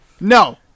No